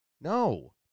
No